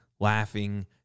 laughing